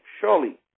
surely